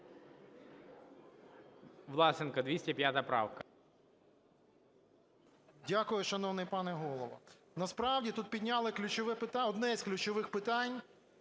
Власенко, 205 правка.